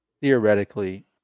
theoretically